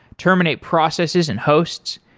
terminate processes and hosts.